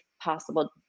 possible